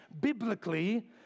biblically